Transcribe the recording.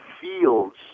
fields